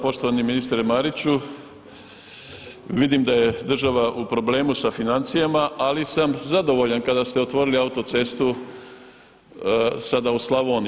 Poštovani ministre Mariću, vidim da je država u problemu sa financijama ali sam zadovoljan kada ste otvorili autocestu sada u Slavoniji.